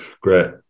Great